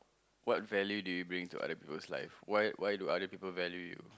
what value do you bring to other people's lives why why do other people value you